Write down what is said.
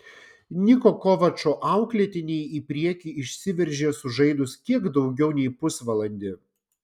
niko kovačo auklėtiniai į priekį išsiveržė sužaidus kiek daugiau nei pusvalandį